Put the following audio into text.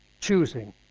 choosing